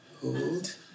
Hold